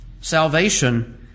salvation